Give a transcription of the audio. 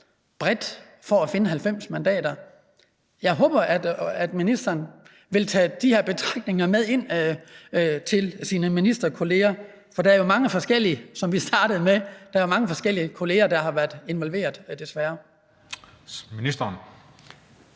bredt for at finde 90 mandater. Jeg håber, at ministeren vil tage de her betragtninger med ind til sine ministerkolleger, for der er jo mange forskellige kolleger, der desværre har været involverede. Kl. 14:45 Den